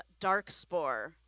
Darkspore